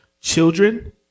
Children